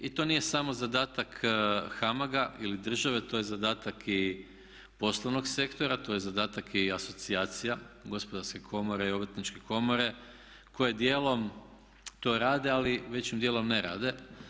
I to nije samo zadatak HAMAG-a ili države, to je zadatak i poslovnog sektora, to je zadatak i asocijacija Gospodarske komore i Obrtničke komore koje dijelom to rade ali većim dijelom ne rade.